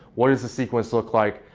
what does the sequence look like,